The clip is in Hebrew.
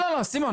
רגע רגע סימון,